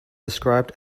described